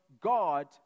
God